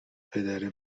پدر